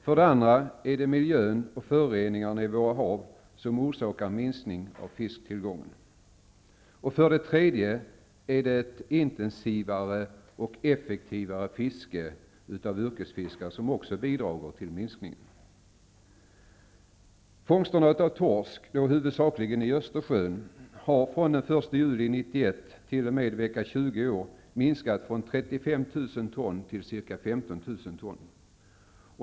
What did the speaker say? För det andra orsakar miljön och föroreningarna i våra hav en minskning av fisktillgången. För det tredje bidrar också ett intensivare och effektivare fiske av yrkesfiskare till minskningen. Fångsterna av torsk, då huvudsakligen i Östersjön, har från den 1 juli 1991 t.o.m. vecka 20 i år minskat från 35 000 ton till ca 15 000 ton.